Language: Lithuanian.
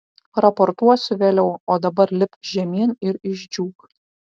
raportuosi vėliau o dabar lipk žemyn ir išdžiūk